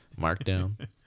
Markdown